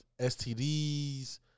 STDs